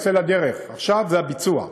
יוצא לדרך, עכשיו זה הביצוע.